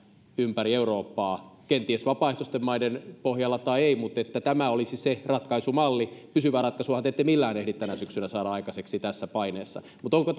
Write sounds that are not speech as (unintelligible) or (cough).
ympäri eurooppaa kenties vapaaehtoisten maiden pohjalla tai ei mutta että tämä olisi se ratkaisumalli pysyvää ratkaisuahan te ette millään ehdi tänä syksynä saada aikaiseksi tässä paineessa mutta onko (unintelligible)